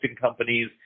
companies